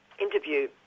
interview